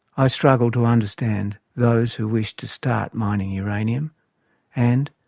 i struggle to understand those who wish to start mining uranium and,